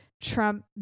Trump